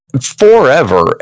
forever